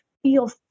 feel